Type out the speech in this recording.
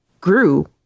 grew